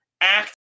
act